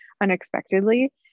unexpectedly